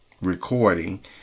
recording